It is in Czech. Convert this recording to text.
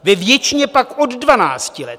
Ve většině pak od dvanácti let.